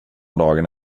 dagen